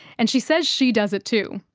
and she says she does it too.